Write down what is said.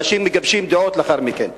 ואנשים מגבשים דעות לאחר מכן.